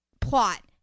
plot